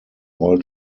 all